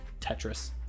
Tetris